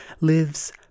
lives